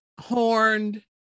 horned